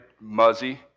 muzzy